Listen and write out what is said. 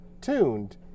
tuned